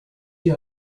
die